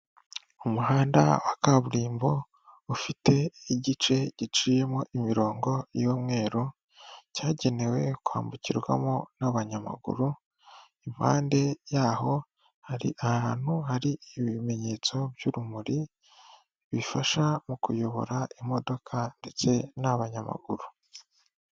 Umuhanda wa kaburimbo ufite igice giciyemo imirongo y'umweru cyagenewe kwambukirwamo n'abanyamaguru, impande yaho hari ahantu hari ibimenyetso by'urumuri bifasha mu kuyobora imodoka ndetse n'abanyamaguru.